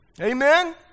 Amen